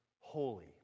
holy